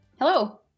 Hello